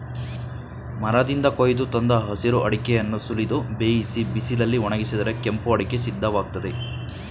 ಮರದಿಂದ ಕೊಯ್ದು ತಂದ ಹಸಿರು ಅಡಿಕೆಯನ್ನು ಸುಲಿದು ಬೇಯಿಸಿ ಬಿಸಿಲಲ್ಲಿ ಒಣಗಿಸಿದರೆ ಕೆಂಪು ಅಡಿಕೆ ಸಿದ್ಧವಾಗ್ತದೆ